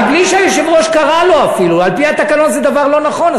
בלי שהיושב-ראש קרא לו אפילו על-פי התקנון זה דבר לא נכון,